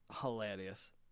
hilarious